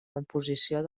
composició